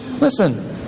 Listen